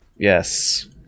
Yes